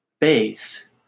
base